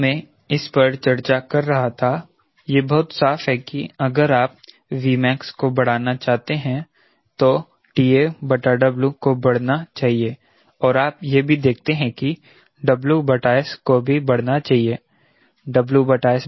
जब मैं इस पर चर्चा कर रहा था यह बहुत साफ है कि अगर आप Vmax को बढ़ाना चाहते हैं तो TAW को बढ़ना चाहिए और आप यह भी देखते हैं कि WS को भी बढ़ना चाहिए